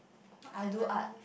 I do art